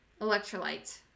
electrolyte